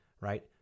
right